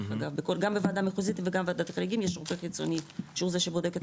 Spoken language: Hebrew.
גם בוועדה מחוזית וגם בוועדה החריגים יש רופא חיצוני שהוא זה שבודק.